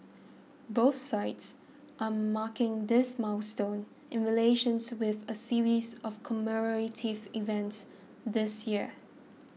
both sides are marking this milestone in relations with a series of commemorative events this year